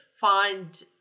find